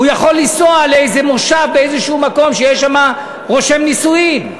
הוא יכול לנסוע לאיזה מושב באיזה מקום שיש שם רושם נישואין,